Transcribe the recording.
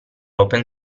open